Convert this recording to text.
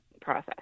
process